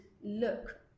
look